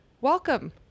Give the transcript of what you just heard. welcome